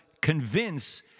convince